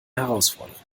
herausforderung